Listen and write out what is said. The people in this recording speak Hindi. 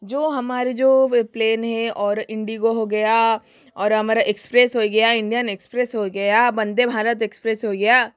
जो हमारे जो वे प्लेन हैं और इंडिगो हो गया और अमारा एक्सप्रेस हो गया इंडियन एक्सप्रेस हो गया वनदे भारत एक्सप्रेस हो गया